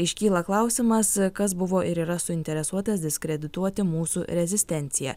iškyla klausimas kas buvo ir yra suinteresuotas diskredituoti mūsų rezistenciją